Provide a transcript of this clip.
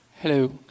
Hello